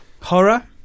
Horror